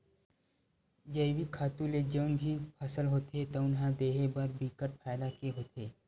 जइविक खातू ले जउन भी फसल होथे तउन ह देहे बर बिकट फायदा के होथे